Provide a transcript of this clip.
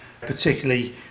Particularly